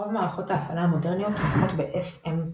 רוב מערכות ההפעלה המודרניות תומכות ב־SMP.